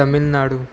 Tamil Nadu